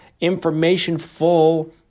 information-full